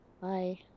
bye